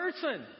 person